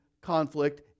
conflict